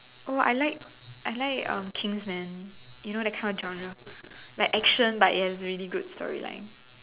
oh I like I like um Kingsman you know that kind of genre like action but it has really good story line